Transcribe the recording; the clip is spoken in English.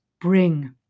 bring